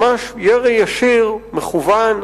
ממש ירי ישיר, מכוון.